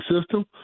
system